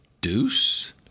Deuce